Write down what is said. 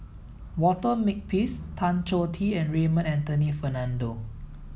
Walter Makepeace Tan Choh Tee and Raymond Anthony Fernando